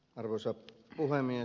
arvoisa puhemies